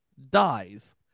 dies